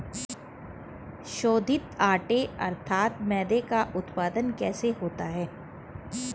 शोधित आटे अर्थात मैदे का उत्पादन कैसे होता है?